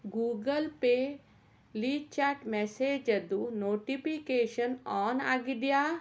Google ಪೇಲಿ chat ಮೆಸೇಜದು notification on ಆಗಿದೆಯಾ